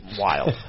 wild